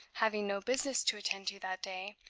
having no business to attend to that day,